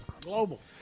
global